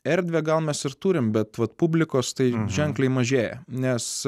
erdvę gaunasi ir turim bet vat publikos tai ženkliai mažėja nes